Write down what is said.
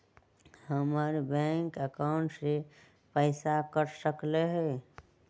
हमर bank account से पैसा कट सकलइ ह?